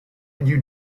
you